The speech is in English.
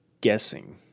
guessing